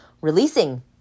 releasing